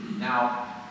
Now